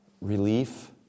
relief